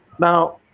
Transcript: Now